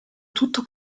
tutto